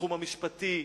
בתחום המשפטי,